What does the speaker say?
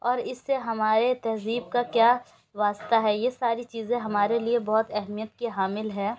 اور اس سے ہمارے تہذیب کا کیا واسطہ ہے یہ ساری چیزیں ہمارے لیے بہت اہمیت کی حامل ہیں